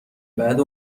بعد